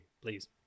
Please